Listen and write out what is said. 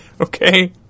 Okay